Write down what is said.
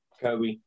kobe